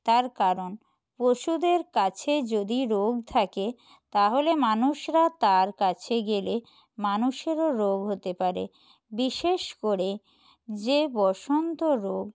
তার কারণ পশুদের কাছে যদি রোগ থাকে তাহলে মানুষরা তার কাছে গেলে মানুষেরও রোগ হতে পারে বিশেষ করে যে বসন্ত রোগ